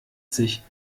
sich